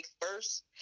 first